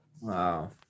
Wow